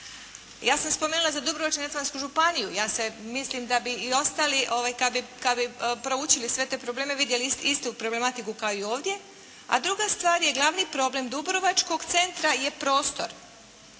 Ja sam spomenula za Dubrovačko-neretvansku županiju, ja sve mislim da bi i ostali kad bi proučili sve te probleme vidjeli istu problematiku kao i ovdje, a druga stvar je, glavni problem dubrovačkog centra je prostor.